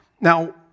now